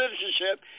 citizenship